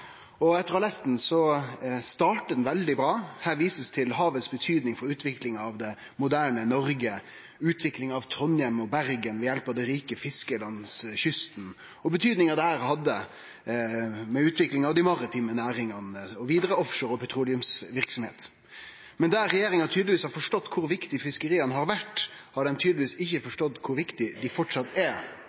Etter å ha lese han: Det startar veldig bra. Her blir det vist til havets betyding for utviklinga av det moderne Noreg, utviklinga av Trondheim og Bergen ved hjelp av det rike fisket langs kysten og betydinga dette hadde for utvikling av dei maritime næringane og vidare for offshore og petroleumsverksemd. Men der regjeringa tydelegvis har forstått kor viktige fiskeria har vore, har dei tydelegvis ikkje forstått kor viktige dei framleis er,